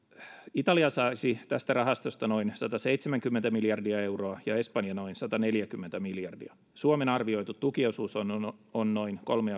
italia saisi tästä rahastosta noin sataseitsemänkymmentä miljardia euroa ja espanja noin sataneljäkymmentä miljardia suomen arvioitu tukiosuus on on noin kolme